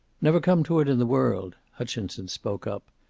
never come to it in the world. hutchinson spoke up.